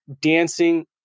dancing